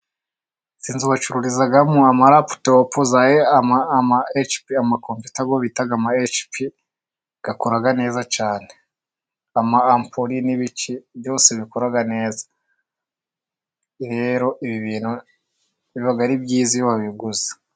Izi nzu bacururizamo amaraputope, amakompiyuta yo bita amahecipi akora neza cyane, ama ampuri n'biki byose bikora neza, rero ibi bintu biba ari byiza iyo wabiguze.